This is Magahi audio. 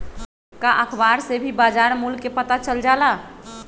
का अखबार से भी बजार मूल्य के पता चल जाला?